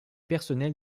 personnel